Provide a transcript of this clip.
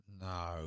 No